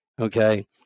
okay